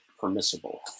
permissible